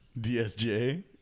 DSJ